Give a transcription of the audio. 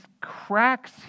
cracks